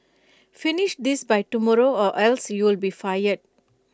finish this by tomorrow or else you'll be fired